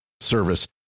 service